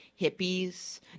hippies